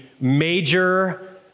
major